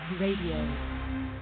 radio